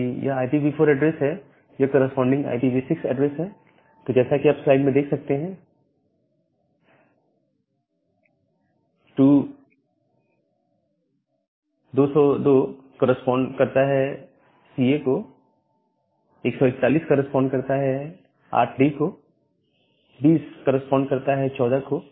यदि यह IPv4 address है यह कॉरस्पॉडिंग IPv6 एड्रेस है तो जैसा कि आप स्लाइड में देख सकते हैं 202 करेस्पॉन्ड करता है सी ए को 141 करेस्पॉन्ड करता है 8 डी को 20 करेस्पॉन्ड करता है 14 को